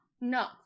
No